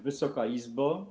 Wysoka Izbo!